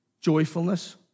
joyfulness